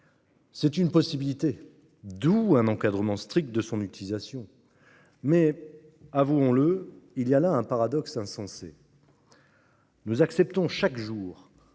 C'est une possibilité, d'où un encadrement strict de son utilisation. Pourtant, avouons-le, il y a là un paradoxe insensé : nous acceptons chaque jour